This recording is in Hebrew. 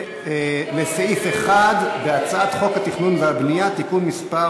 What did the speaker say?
לסעיף 1 בהצעת חוק התכנון והבנייה (תיקון מס'